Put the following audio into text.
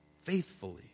faithfully